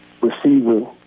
receiver